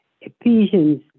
Ephesians